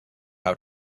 how